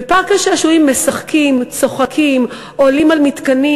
בפארק השעשועים משחקים, צוחקים, עולים על מתקנים.